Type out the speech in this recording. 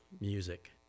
music